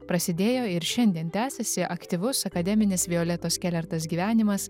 prasidėjo ir šiandien tęsiasi aktyvus akademinis violetos kelertas gyvenimas